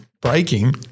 breaking